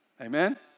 Amen